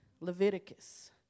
Leviticus